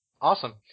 Awesome